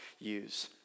use